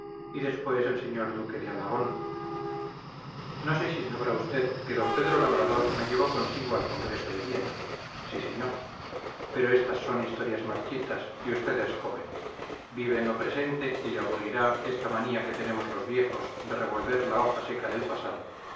y después el señor duque de alagón no sé si sabrá usted que d pedro labrador me llevó consigo al congreso de viena sí señor pero estas son historias marchitas y usted es joven vive en lo presente y le aburrirá esta manía que tenemos los viejos de revolver la hoja seca del pasado